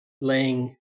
laying